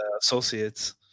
associates